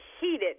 heated